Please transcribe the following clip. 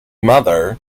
mother